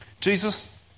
Jesus